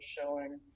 showing